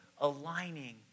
aligning